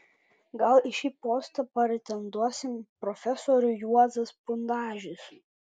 gal į šį postą pretenduos profesorius juozas pundzius